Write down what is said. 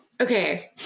okay